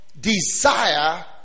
desire